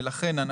ולכן,